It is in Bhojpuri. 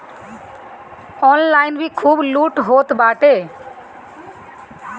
ऑनलाइन भी खूब लूट होत बाटे